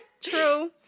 True